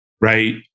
Right